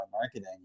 marketing